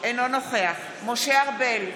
אינו נוכח משה ארבל,